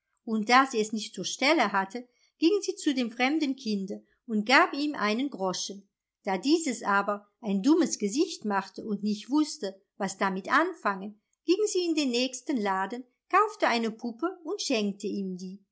und da sie es nicht zur stelle hatte ging sie zu dem fremden kinde und gab ihm einen groschen da dieses aber ein dummes gesicht machte und nicht wußte was damit anfangen ging sie in den nächsten laden kaufte eine puppe und schenkte ihm die